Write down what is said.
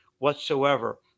Whatsoever